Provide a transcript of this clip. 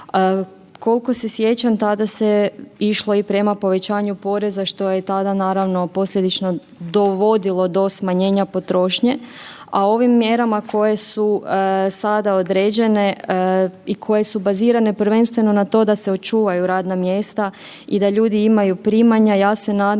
Kolko se sjećam tada se išlo i prema povećanju poreza, što je tada naravno posljedično dovodilo do smanjenja potrošnje, a ovim mjerama koje su sada određene i koje su bazirane prvenstveno na to da se očuvaju radna mjesta i da ljudi imaju primanja, ja se nadam